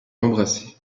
embrasser